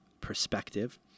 perspective